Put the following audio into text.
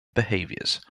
behaviors